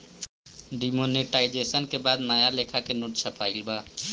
demonetisation के बाद नया लेखा के नोट छपाईल बा